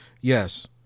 Yes